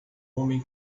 homem